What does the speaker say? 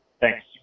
Thanks